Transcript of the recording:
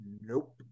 Nope